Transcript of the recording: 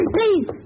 please